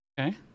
Okay